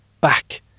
back